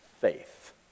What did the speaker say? faith